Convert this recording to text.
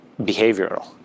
behavioral